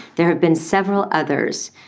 there have been several others.